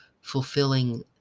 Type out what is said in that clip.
fulfilling